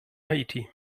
haiti